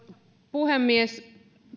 puhemies